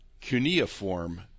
cuneiform